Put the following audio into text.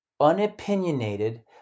unopinionated